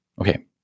Okay